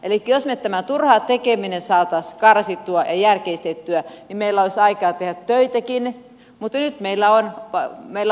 elikkä jos me tämä turha tekeminen saataisiin karsittua ja järkeistettyä niin meillä olisi aikaa tehdä töitäkin